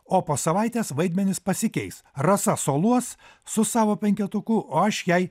o po savaitės vaidmenys pasikeis rasa soluos su savo penketuku o aš jai